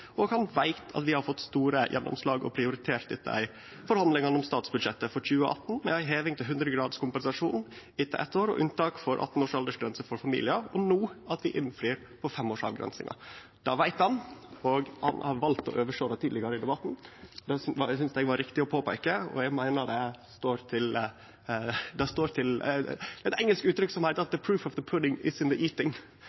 Og han veit at vi har fått store gjennomslag og prioritert dette i forhandlingane om statsbudsjettet for 2019, med ei heving til 100 pst. kompensasjon etter eitt år og unntak for 18-års aldersgrense for familiar, og at vi no innfrir på femårsavgrensinga. Det veit han, og han har valt å oversjå det tidlegare i debatten, noko eg syntest det var rett å peike på. Det er eit engelsk uttrykk som seier at